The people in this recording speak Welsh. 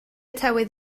tywydd